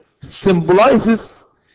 symbolizes